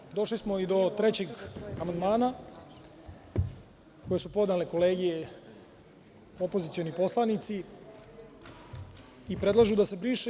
Dakle, došli smo i do trećeg amandmana, koji su podnele kolege opozicioni poslanici i predlažu da se briše.